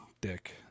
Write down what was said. Dick